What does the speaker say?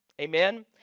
Amen